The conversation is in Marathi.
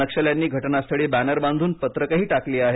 नक्षल्यांनी घटनास्थळी बॅनर बांधून पत्रकेही टाकली आहेत